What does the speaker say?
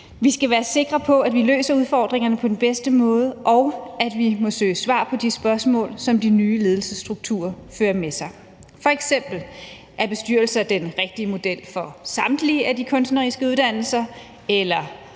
Vi skal være sikre på, at vi løser udfordringerne på den bedste måde, og vi må søge svar på de spørgsmål, som de nye ledelsesstrukturer fører med sig – f.eks.: Er bestyrelser den rigtige model for samtlige af de kunstneriske uddannelser? eller: